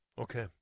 Okay